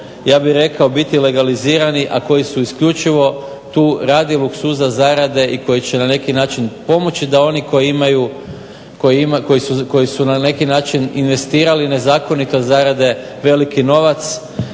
ja bih rekao biti legalizirani, a koji su isključivo tu radi luksuza, zarade i koji će na neki način pomoći da oni koji imaju, koji su na neki način investirali nezakonito zarade veliki novac.